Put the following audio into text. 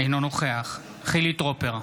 אינו נוכח חילי טרופר,